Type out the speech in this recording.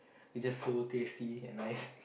they just so tasty and nice